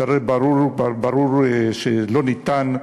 שהרי ברור שזה לא ניתן.